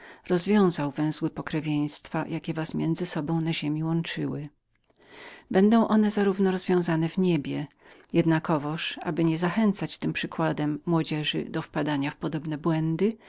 powtarzam rozwiązała węzły pokrewieństwa jakie was między sobą łączyły będą one zarówno rozwiązane w niebie jednakowoż dla nie zachęcania tym przykładem młodzieży do wpadania w podobne błędy